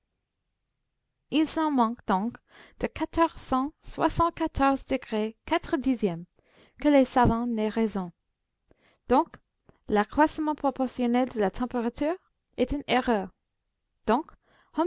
il s'en manque donc de quatorze cent soixante-quatorze degrés quatre dixièmes que les savants n'aient raison donc l'accroissement proportionnel de la température est une erreur donc